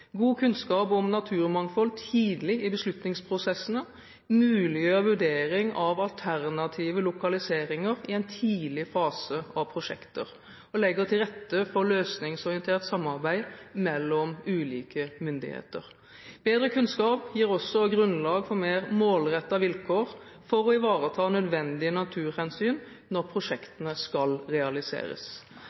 God kunnskap om naturmangfold tidlig i beslutningsprosessene muliggjør vurdering av alternative lokaliseringer i en tidlig fase av prosjekter og legger til rette for løsningsorientert samarbeid mellom ulike myndigheter. Bedre kunnskap gir også grunnlag for mer målrettede vilkår for å ivareta nødvendige naturhensyn når prosjektene skal realiseres.